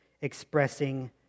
expressing